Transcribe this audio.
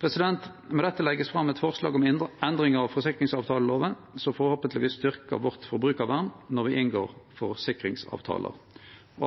Med dette vert det lagt fram eit forslag om endring av forsikringsavtaleloven som forhåpentlegvis styrkjer vårt forbrukarvern når me inngår forsikringsavtalar.